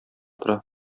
тора